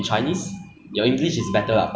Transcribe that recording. so I speak chinese is it like singaporean